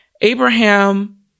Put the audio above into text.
Abraham